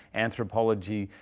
anthropology.